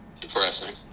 depressing